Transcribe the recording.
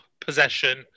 possession